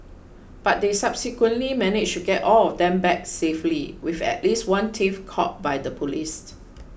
but they subsequently managed to get all of them back safely with at least one thief caught by the police